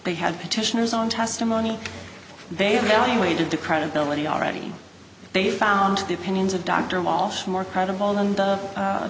they had petitioners on testimony they evaluated the credibility already they found the opinions of dr walsh more credible than the